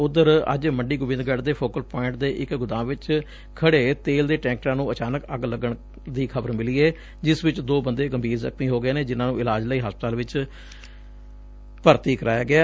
ਉਧਰ ਅੱਜ ਮੰਡੀ ਗੋਬਿੰਦਗੜ ਦੇ ਫੋਕਲ ਪੁਆਇੰਟ ਦੇ ਇਕ ਗੁਦਾਮ ਵਿਚ ਖੜੇ ਤੇਲ ਦੇ ਟੈ'ਕਰਾਂ ਨੂੰ ਅਚਾਨਕ ਅੱਗ ਲੱਗਣ ਦੀ ਖ਼ਬਰ ਮਿਲੀ ਏ ਜਿਸ ਵਿਚ ਦੋ ਬੰਦੇ ਗੰਭੀਰ ਜ਼ਖ਼ਮੀ ਹੋ ਗਏ ਨੇ ਜਿਨਾਂ ਨੂੰ ਇਲਾਜ ਲੱਈ ਹਸਪਤਾਲ ਚ ਭਰਤੀ ਕਰਾਇਆ ਗਿਐ